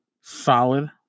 solid